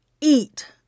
Eat